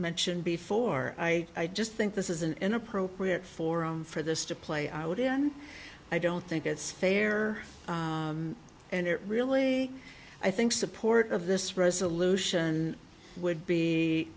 mentioned before i just think this isn't an appropriate forum for this to play out in i don't think it's fair and it really i think support of this resolution would be